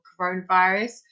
coronavirus